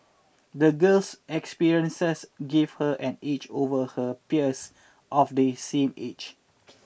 the girl's experiences gave her an edge over her peers of the same age